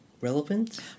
relevant